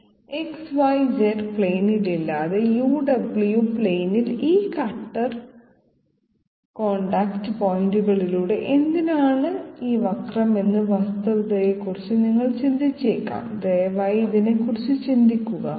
XYZ പ്ലെയിനിൽ ഇല്ലാതെ uw പ്ലെയിനിൽ ഈ കട്ടർ കോൺടാക്റ്റ് പോയിന്റുകളിലൂടെ എന്തിനാണ് ഈ വക്രം എന്ന വസ്തുതയെക്കുറിച്ച് നിങ്ങൾ ചിന്തിച്ചേക്കാം ദയവായി ഇതിനെക്കുറിച്ച് ചിന്തിക്കുക